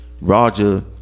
Roger